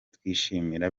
twishimira